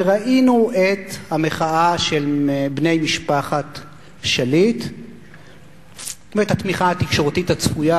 וראינו את המחאה של בני משפחת שליט ואת התמיכה התקשורתית הצפויה,